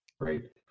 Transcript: Great